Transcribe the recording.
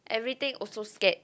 everything also scared